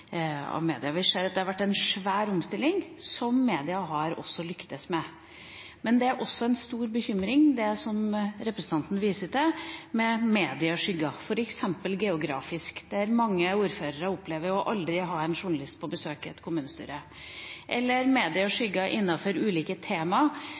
svær omstilling, som mediene har lyktes med. Men det er også en stor bekymring – som representanten Sem-Jacobsen viser til – knyttet til medieskygger, f.eks. geografisk. Mange ordførere opplever aldri å ha en journalist på besøk i et kommunestyre.